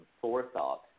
forethought